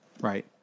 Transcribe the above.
Right